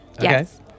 yes